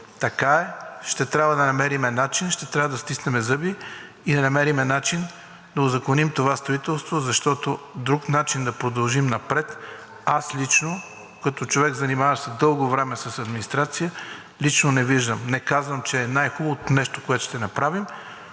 изграден, в действителност така е, ще трябва да стиснем зъби и да намерим начин да узаконим това строителство, защото друг начин да продължим напред аз лично като човек, занимаващ се дълго време с администрация, не виждам. Не казвам, че е най-хубавото нещо, което ще направим,